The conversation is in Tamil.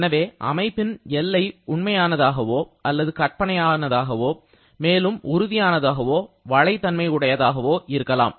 எனவே அமைப்பில் எல்லை உண்மையானதாகவோ அல்லது கற்பனையானதாகவோ மேலும் உறுதியானதாகவோ வளைதன்மையுடையதாகவோ இருக்கலாம்